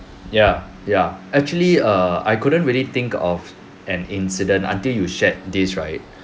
ya ya actually err I couldn't really think of an incident until you shared this right